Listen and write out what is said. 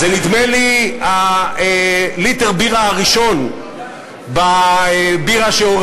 זה, נדמה לי, ליטר הבירה הראשון בבירה ששר